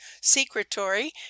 secretory